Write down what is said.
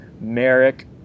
Merrick